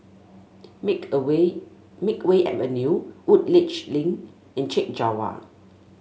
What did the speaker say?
make a way Makeway Avenue Woodleigh Link and Chek Jawa